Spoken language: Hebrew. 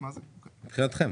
מבחינתכם.